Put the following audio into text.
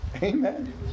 Amen